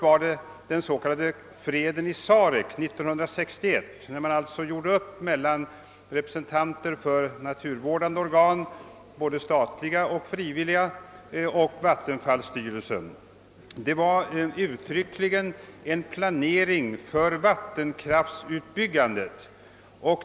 Vid den s.k. freden i Sarek 1961 gjorde man upp mellan representanter för naturvårdande organ, både statliga och frivilliga, och vattenfallsstyrelsen. Det var uttryckligen en planering för vattenkraftsutbyggandet.